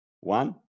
one